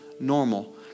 normal